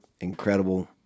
incredible